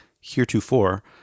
heretofore